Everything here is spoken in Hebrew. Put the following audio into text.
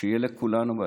שיהיה לכולנו בהצלחה.